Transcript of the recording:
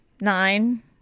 nine